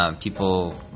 People